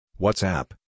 WhatsApp